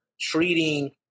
treating